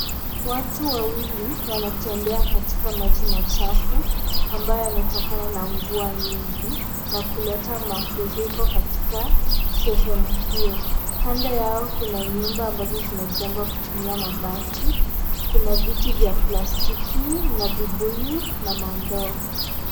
Watu wawili wanatembea katika maji machafu ambayo yametokana na mvua nyingi na kuleta mafuriko katika sehemu hiyo, kando yao kuna nyumba ambazo zimejengwa kutumia mabati kuna viti vya plastiki na vibuyu na mandoo.